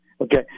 Okay